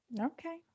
Okay